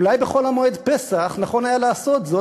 אולי בחול המועד פסח נכון היה לעשות זאת,